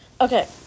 Okay